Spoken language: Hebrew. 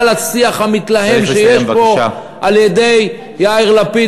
השיח המתלהם שיש פה על-ידי יאיר לפיד,